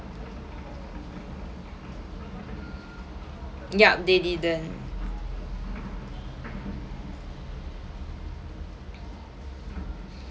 yup they didn't